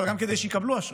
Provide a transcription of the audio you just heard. אבל גם כדי שיקבלו אשראי.